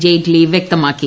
ജെയ്റ്റലി വ്യക്തമാക്കി